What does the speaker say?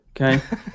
okay